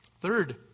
Third